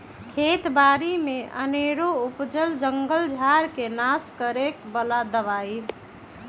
खेत बारि में अनेरो उपजल जंगल झार् के नाश करए बला दबाइ